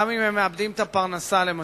גם אם מאבדים את הפרנסה, למשל.